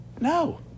No